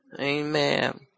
Amen